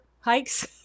hikes